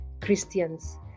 Christians